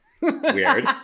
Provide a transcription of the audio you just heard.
Weird